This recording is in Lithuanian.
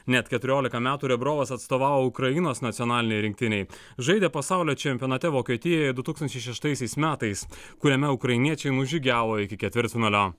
net keturiolika metų rebrovas atstovavo ukrainos nacionalinei rinktinei žaidė pasaulio čempionate vokietijoje du tūkstančiai šeštaisiais metais kuriame ukrainiečiai nužygiavo iki ketvirtfinalio